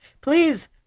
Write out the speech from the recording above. please